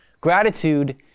gratitude